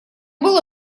было